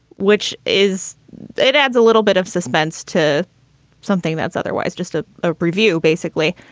which is it adds a little bit of suspense to something that's otherwise just ah a preview, basically.